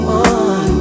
one